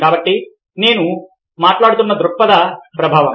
కాబట్టి ఇదే నేను మాట్లాడుతున్న దృక్పథ ప్రభావం